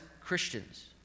Christians